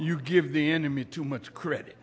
you give the enemy too much credit